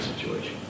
situation